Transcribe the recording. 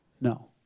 No